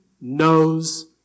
knows